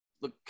Look